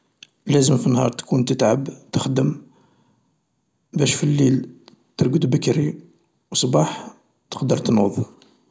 لازم في النهار تكون تخدم تتعب باش في الليل ترقد بكري و الصباح تقدر تنوض.